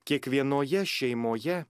kiekvienoje šeimoje